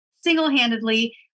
single-handedly